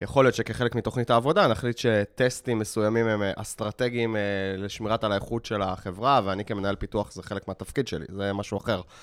יכול להיות שכחלק מתוכנית העבודה, נחליט שטסטים מסוימים הם אסטרטגיים לשמירת על האיכות של החברה, ואני כמנהל פיתוח, זה חלק מהתפקיד שלי, זה משהו אחר.